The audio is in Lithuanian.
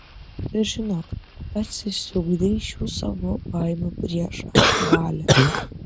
ir žinok pats išsiugdei šių savo baimių priešą valią